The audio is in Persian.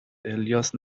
الیاس